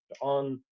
on